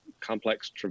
complex